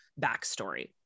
backstory